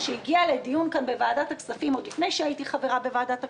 שהגיע לדיון בוועדת הכספים עוד לפני שהייתי חברה בוועדת הכספים,